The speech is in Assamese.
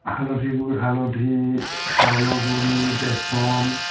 হালধিবোৰ হালধি চাউলৰ গুড়ি বেচন